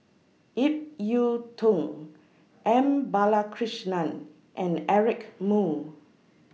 Ip Yiu Tung M Balakrishnan and Eric Moo